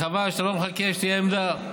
חבל שאתה לא מחכה שתהיה עמדה.